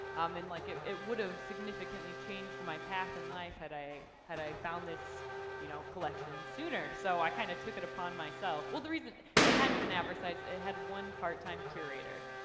um and like it it would have significantly changed my path in life had i had i found this you know collection sooner. so i kind of took it upon myself well, the reason it hadn't been advertised, it had one part-time curator.